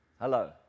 Hello